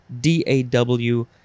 D-A-W